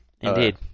Indeed